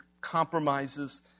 compromises